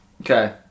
Okay